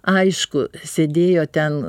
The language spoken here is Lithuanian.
aišku sėdėjo ten